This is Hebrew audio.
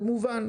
זה מובן,